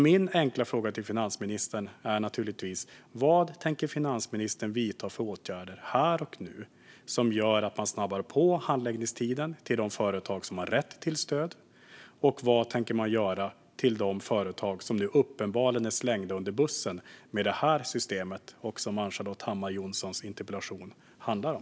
Min enkla fråga till finansministern är naturligtvis: Vad tänker finansministern vidta för åtgärder här och nu som gör att man snabbar på handläggningstiderna för de företag som har rätt till stöd, och vad tänker man göra för de företag som nu uppenbarligen är slängda under bussen med det här systemet och som Ann-Charlotte Hammar Johnssons interpellation handlar om?